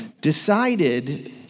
decided